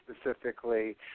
specifically